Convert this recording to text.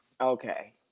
Okay